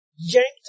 Yanked